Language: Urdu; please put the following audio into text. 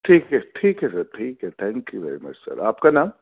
ٹھیک ہے ٹھیک ہے سر ٹھیک ہے thank you very much sir آپ کا نام